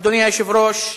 אדוני היושב-ראש,